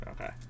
Okay